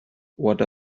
what